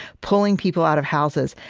pulling people out of houses.